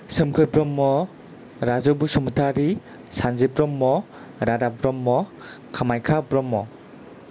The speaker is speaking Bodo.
सोमखोर ब्रह्म राजु बसुमतारि सानजिब ब्रह्म रादाब ब्रह्म खामायखा ब्रह्म